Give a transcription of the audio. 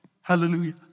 Hallelujah